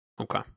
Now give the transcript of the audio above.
okay